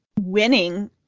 winning